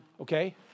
Okay